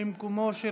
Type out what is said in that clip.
במקומו של